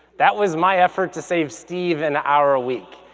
that was my effort to save steve an hour a week.